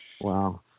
Wow